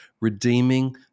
redeeming